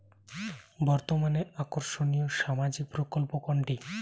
বর্তমানে আকর্ষনিয় সামাজিক প্রকল্প কোনটি?